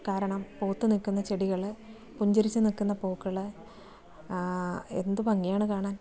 കാരണം പൂത്തു നിൽക്കുന്ന ചെടികൾ പുഞ്ചിരിച്ച് നിൽക്കുന്ന പൂക്കൾ എന്ത് ഭംഗിയാണ് കാണാൻ